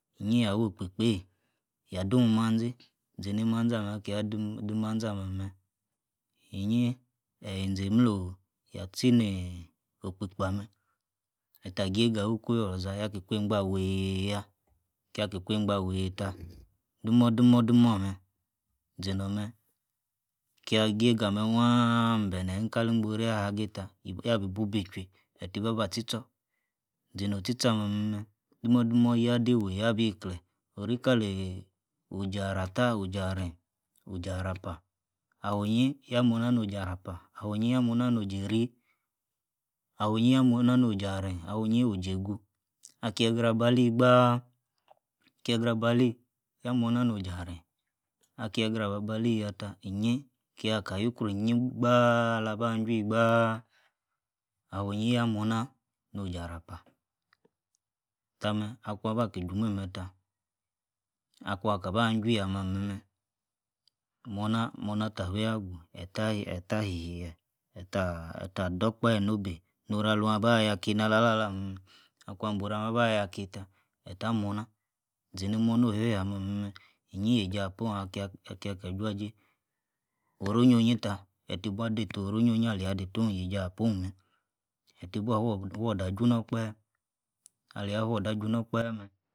Inyi yah wokpi-kpeiyi yah dun manzi, sini manzi ah-meh, kia dun-dun-manzi ah-meh-meh, inyi, eyi-zeimloh, yah-tchi niii, okpi-kpi ah meh, ettah giega ah-wiii ikwo-wuii oloza, yah-ki gwein-gba weii-yah, kia-ki gwein-gbah weiti-tah, dumor-dumor ah-meh, zinor-meh kia-giegah ah meh waah abenaeh an kali- ingboru eiyi ahagi tah, yabi-bu ibi-chwuii, etii ibuabah tchi-tchor, zino'h tchi-tchor ah-meh-meh dumor-dumor yah dei, wei abi kleh, or kaleh, oji-aratah, ojah-ren, ojah-rapah, ah-winyi yah mornah no-jah arapah, ah-winyi yah momah nojei ori, ah-winyi yah-morna nojah aren, akie-gra babali yatah, inyi, kiaka yu-kruor inyi gbaah alaba-chwuinyi gbaaah, ah-winyi yah mornah no-jah-rapah, tah-meh, akuan bah-ki jumeh-meh tah, akuankaban chwuiiyi, ah-meh-meh, mornah-mornah, tah fuinyi-agu, ettah-ettah hie, ettah- ettah dor kpahe inobe noru aluaba yaki nah la-lah ah-meh, akuan bora meh aba- yaki tah, ettah mornah, zini mornah onion-hie ah-meh-meh, inyi yeijapohne akia-akia ka juajee oro-onyio-inyi tah, etti-bua deitah oro-onyio-nyi alia deito yeija pone meh etti bua fuordor ah junor-kpahe, aha fuordor ajunor-kpahe meh.